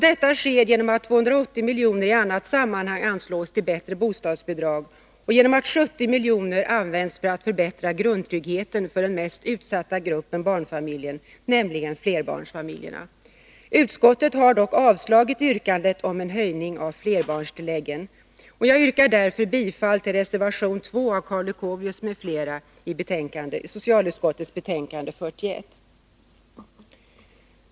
Detta sker genom att 280 miljoner i annat sammanhang anslås till bättre bostadsbidrag och genom att 70 miljoner används för att förbättra grundtryggheten för den mest utsatta gruppen barnfamiljer, nämligen flerbarnsfamiljerna. Utskottet har dock avstyrkt yrkandet om en höjning av flerbarnstilläggen. Jag yrkar därför bifall till reservation 2 av Karl Leuchovius m.fl. i socialutskottets betänkande 41.